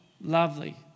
lovely